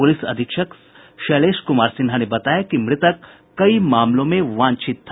police अधीक्षक शैलेश कुमार सिन्हा ने बताया कि मृतक कई मामलों में वांछित था